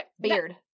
Beard